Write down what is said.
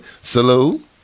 Salute